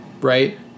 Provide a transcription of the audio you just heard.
right